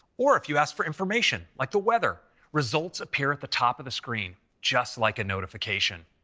or if you ask for information, like the weather, results appear at the top of the screen just like a notification.